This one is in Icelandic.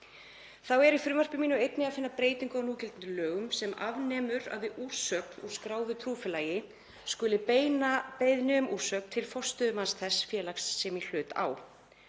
Þá er í frumvarpi mínu einnig að finna breytingu á núgildandi lögum sem afnemur að við úrsögn úr skráðu trúfélagi skuli beina beiðni um úrsögn til forstöðumanns þess félags sem í hlut á.